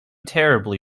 terribly